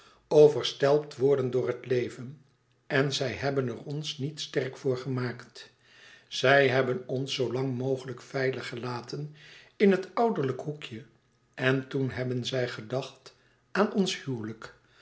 overstelpt worden door het leven en zij hebben er ons niet sterk voor gemaakt zij hebben ons zoo lang mogelijk veilig gelaten in het ouderlijk hoekje en toen hebben zij gedacht e ids aargang aan ons huwelijk